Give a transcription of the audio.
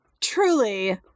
truly